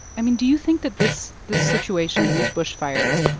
i mean, do you think that this this situation, these bushfires,